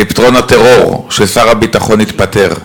לפתרון הטרור: ששר הביטחון יתפטר.